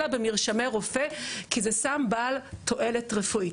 אלא במרשמי רופא כי זה סם בעל תועלת רפואית.